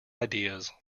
ideas